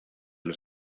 los